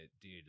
dude